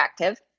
interactive